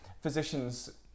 physicians